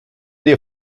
dir